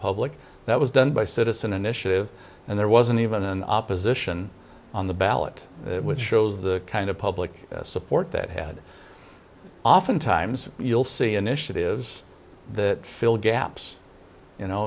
public that was done by citizen initiative and there wasn't even an opposition on the ballot which shows the kind of public support that had oftentimes you'll see initiatives that fill gaps you